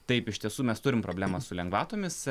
taip iš tiesų mes turim problemą su lengvatomis